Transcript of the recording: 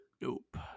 nope